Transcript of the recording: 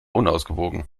unausgewogen